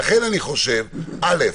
לכן אני חושב: א.